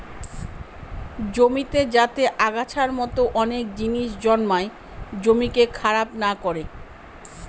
জমিতে যাতে আগাছার মতো অনেক জিনিস জন্মায় জমিকে খারাপ না করে